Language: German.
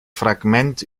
fragment